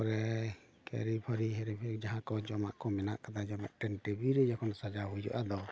ᱛᱟᱯᱚᱨᱮ ᱠᱮᱨᱤ ᱯᱷᱮᱨᱤ ᱦᱮᱨᱤ ᱯᱷᱮᱨᱤ ᱡᱟᱦᱟᱸ ᱠᱚ ᱡᱚᱢᱟᱜ ᱠᱚ ᱢᱮᱱᱟᱜ ᱟᱠᱟᱫᱟ ᱢᱤᱫᱴᱮᱱ ᱴᱮᱵᱤᱞ ᱨᱮ ᱡᱚᱠᱷᱚᱱ ᱥᱟᱡᱟᱣ ᱦᱩᱭᱩᱜᱼᱟ ᱟᱫᱚ